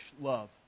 love